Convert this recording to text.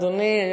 סליחה, אדוני.